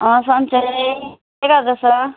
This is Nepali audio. अँ सन्चै के गर्दैछौ